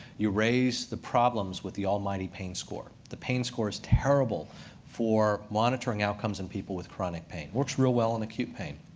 you raise the problems with the almighty pain score. the pain score is terrible for monitoring outcomes in people with chronic pain. works real well in acute pain.